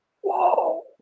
whoa